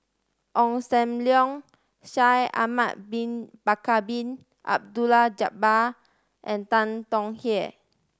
Ong Sam Leong Shaikh Ahmad Bin Bakar Bin Abdullah Jabbar and Tan Tong Hye